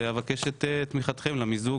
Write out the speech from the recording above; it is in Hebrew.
ואבקש את תמיכתכם למיזוג